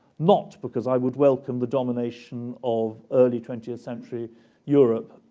not because i would welcome the domination of early twentieth century europe,